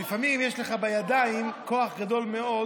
ולפעמים יש לך בידיים כוח גדול מאוד